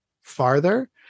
farther